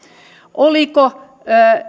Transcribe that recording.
oliko